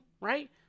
right